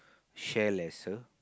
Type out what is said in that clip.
share lesser